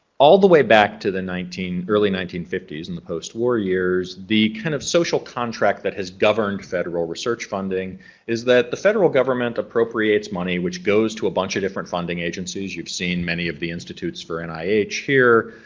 all the way back to the nineteen. early nineteen fifty s in the post-war years the kind of social contract that has governed federal research funding is that the federal government appropriates money which goes to a bunch of different funding agencies. you've seen many of the institutes for and nih here,